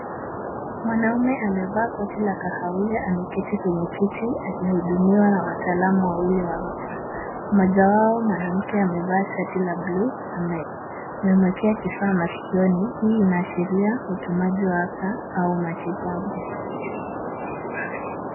Mwanamume amevaa koti la kahawia, ameketi kwenye kiti, akihudumiwa na wataalamu wawili wa afya. Mmoja wao mwanamke amevaa shati la bluu, amemwekea kifaa masikioni. Hii inaashiria upimaji wa afya au matibabu.